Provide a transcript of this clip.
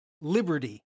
liberty